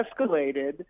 escalated